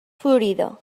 florida